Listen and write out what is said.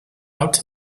out